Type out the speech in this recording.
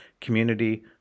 community